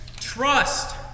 Trust